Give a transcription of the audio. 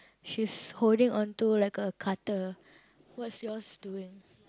she's holding onto like a cutter what's yours doing